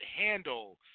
handle